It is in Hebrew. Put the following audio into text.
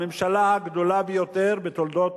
הממשלה הגדולה ביותר בתולדות